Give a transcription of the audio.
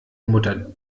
mutter